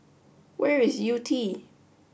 where is Yew Tee